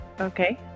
Okay